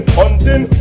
hunting